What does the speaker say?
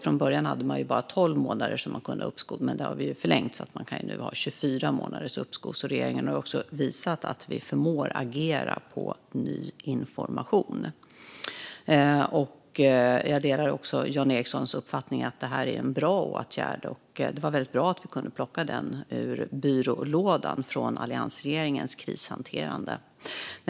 Från början var det ju bara 12 månader som man kunde få uppskov med, men det har vi nu förlängt så att man kan ha 24 månaders uppskov. Vi i regeringen har också visat att vi förmår agera på ny information. Jag delar också Jan Ericsons uppfattning att detta är en bra åtgärd. Det var väldigt bra att vi kunde plocka den ur byrålådan från alliansregeringens krishanterande.